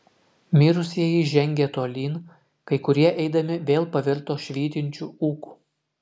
mirusieji žengė tolyn kai kurie eidami vėl pavirto švytinčiu ūku